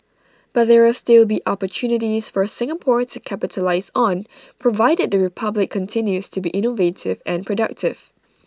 but there will still be opportunities for Singapore to capitalise on provided the republic continues to be innovative and productive